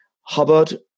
Hubbard